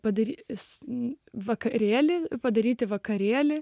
padaryti iš į vakarėlį padaryti vakarėlį